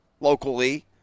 locally